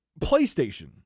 PlayStation